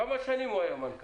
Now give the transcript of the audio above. כמה שנים הוא היה מנכ"ל?